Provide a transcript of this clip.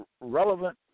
relevant